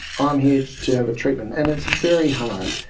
um here to have a treatment. and it's very hard,